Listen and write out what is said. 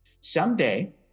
Someday